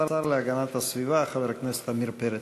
השר להגנת הסביבה חבר הכנסת עמיר פרץ.